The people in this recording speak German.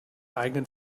eigenen